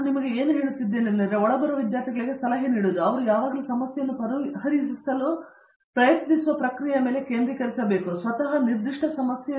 ನಾನು ನಿಮಗೆ ಏನನ್ನು ಹೇಳುತ್ತಿದ್ದೇನೆಂದರೆ ಒಳಬರುವ ವಿದ್ಯಾರ್ಥಿಗಳಿಗೆ ಸಲಹೆ ನೀಡುವುದು ಅವರು ಯಾವಾಗಲೂ ಸಮಸ್ಯೆಯನ್ನು ಪರಿಹರಿಸಲು ಪ್ರಯತ್ನಿಸುವ ಪ್ರಕ್ರಿಯೆಯ ಮೇಲೆ ಕೇಂದ್ರೀಕರಿಸಬೇಕು ಸ್ವತಃ ನಿರ್ದಿಷ್ಟ ಸಮಸ್ಯೆ